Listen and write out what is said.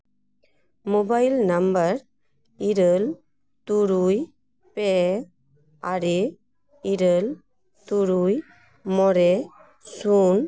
mobile number ᱤᱨᱟᱹᱞ ᱛᱩᱨᱩᱭ ᱯᱮ ᱟᱨᱮ ᱤᱨᱟᱹᱞ ᱛᱩᱨᱩᱭ ᱢᱚᱬᱮ ᱥᱩᱱ